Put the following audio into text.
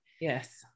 yes